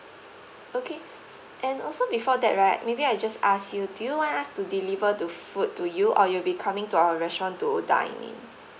okay and also before that right maybe I just ask you do you want us to deliver the food to you or you'll be coming to our restaurant to dine in